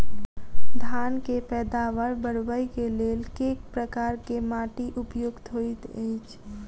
धान केँ पैदावार बढ़बई केँ लेल केँ प्रकार केँ माटि उपयुक्त होइत अछि?